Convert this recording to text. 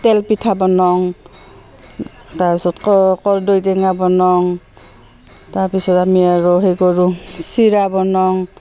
তেল পিঠা বনাওঁ তাৰপিছত কৰ্দৈ টেঙা বনাওঁ তাৰপিছত আমি আৰু সেই কৰোঁ চিৰা বনাওঁ